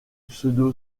pseudo